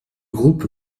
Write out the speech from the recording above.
groupe